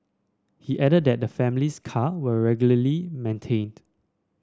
he added that the family's car were regularly maintained